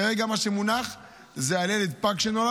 כרגע מה שמונח זה על ילד שנולד פג,